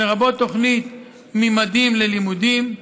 לרבות תוכנית ממדים ללימודים,